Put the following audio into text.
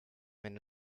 wenn